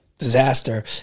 disaster